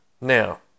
Now